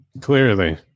Clearly